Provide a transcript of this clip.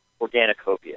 Organicopia